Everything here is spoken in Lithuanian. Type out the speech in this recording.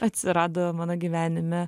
atsirado mano gyvenime